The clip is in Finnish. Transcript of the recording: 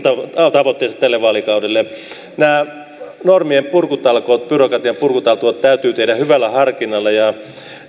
tavoitteissa tälle vaalikaudelle nämä normien purkutalkoot byrokratian purkutalkoot täytyy tehdä hyvällä harkinnalla ja